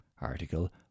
Article